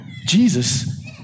Jesus